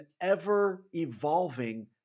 ever-evolving